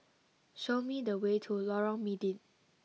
show me the way to Lorong Mydin